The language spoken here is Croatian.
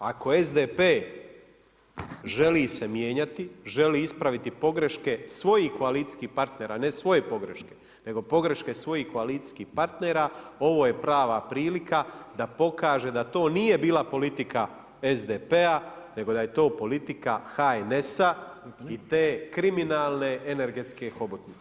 Ako SDP želi se mijenjati, želi ispraviti podrške svojih koalicijskih partnera, ne svoje pogreške, nego pogreške koalicijskih partnera ovo je prava prilika da pokaže da to nije bila politika SDP-a nego da je to politika HNS-a i te kriminalne energetske hobotnice.